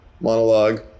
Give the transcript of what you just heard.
monologue